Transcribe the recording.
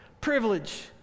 privilege